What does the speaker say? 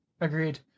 Agreed